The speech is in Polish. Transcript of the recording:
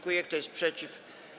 Kto jest przeciw?